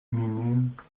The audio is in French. minimes